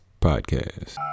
podcast